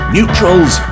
Neutrals